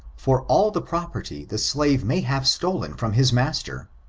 for all the property the slave may have stolen from his master.